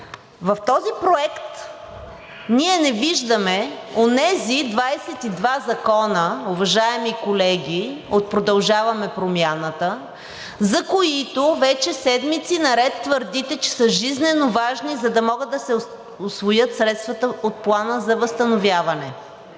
В този проект ние не виждаме онези 22 закона, уважаеми колеги от „Продължаваме Промяната“, за които вече седмици наред твърдите, че са жизненоважни, за да могат да се усвоят средствата от Плана за възстановяване